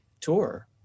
tour